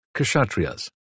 Kshatriyas